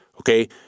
okay